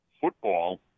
football